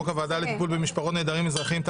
הוועדה לטיפול במשפחות נעדרים אזרחיים,